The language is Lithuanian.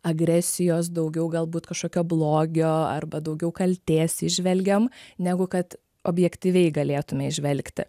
agresijos daugiau galbūt kažkokio blogio arba daugiau kaltės įžvelgiam negu kad objektyviai galėtume įžvelgti